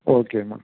ஓகேம்மா